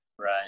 Right